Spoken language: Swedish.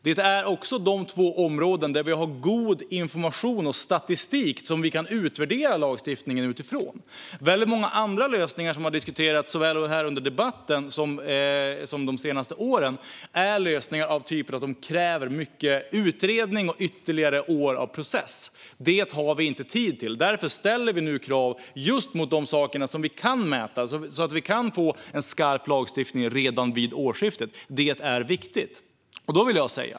Det är också två områden där vi har god information och statistik som vi kan utvärdera lagstiftningen utifrån. Många andra lösningar som har diskuterats, såväl här under debatten som de senaste åren, är av den typ som kräver mycket utredning och ytterligare år av process. Det har vi inte tid till. Därför ställer vi nu krav just på de sakerna vi kan mäta, så att vi kan få en skarp lagstiftning redan vid årsskiftet. Det är viktigt.